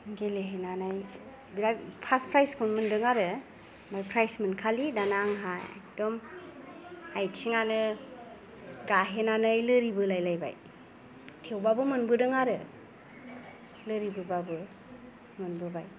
गेलेहैनानै बिराद first prize खौनो मोनदों आरो ओमफ्राय प्रायज मोनखालि दाना आंहा एखदम आयथिङानो गाहेनानै लोरिबोलायलाबाय थेवबाबो मोनबोदों आरो लोरिबोबाबो मोनबोबाय